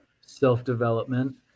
self-development